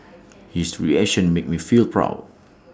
his reaction made me feel proud